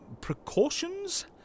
precautions